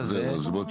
מומחים.